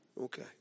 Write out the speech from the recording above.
Okay